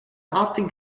often